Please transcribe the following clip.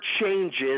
changes